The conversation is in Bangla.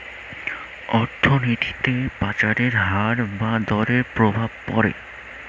অর্থনীতিতে বাজারের হার বা দরের প্রভাব পড়ে